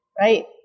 right